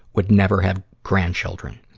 would never have grandchildren.